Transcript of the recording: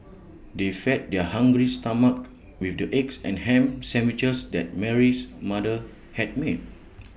they fed their hungry stomachs with the eggs and Ham Sandwiches that Mary's mother had made